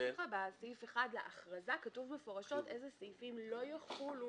בסעיף 1 להכרזה כתוב מפורשות איזה סעיפים לא יחולו